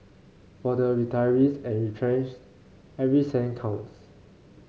for the retirees and retrenched every cent counts